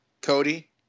cody